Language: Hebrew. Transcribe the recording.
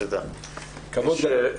כבוד גדול.